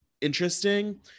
interesting